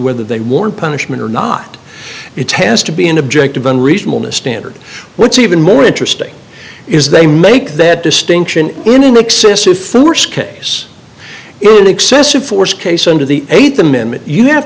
whether they want punishment or not it has to be an objective unreasonableness standard what's even more interesting is they make that distinction in an excessive force case is an excessive force case under the th amendment you have